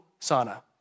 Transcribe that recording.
Sauna